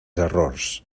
errors